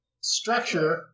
structure